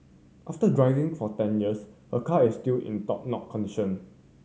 after driving for ten years her car is still in top now condition